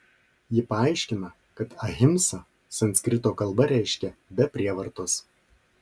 ji paaiškina kad ahimsa sanskrito kalba reiškia be prievartos